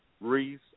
Reese